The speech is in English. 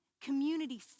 community